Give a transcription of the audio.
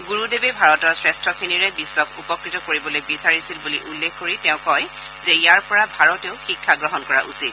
গুৰুদেৱে ভাৰতৰ শ্ৰেষ্ঠখিনিৰে বিশ্বক উপকৃত কৰিবলৈ বিচাৰিছিল বুলি উল্লেখ কৰি তেওঁ কয় যে ইয়াৰ পৰা ভাৰতেও শিক্ষা গ্ৰহণ কৰা উচিত